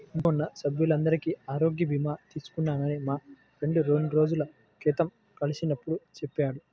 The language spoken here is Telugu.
ఇంట్లో ఉన్న సభ్యులందరికీ ఆరోగ్య భీమా తీసుకున్నానని మా ఫ్రెండు రెండు రోజుల క్రితం కలిసినప్పుడు చెప్పాడు